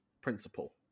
principle